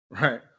right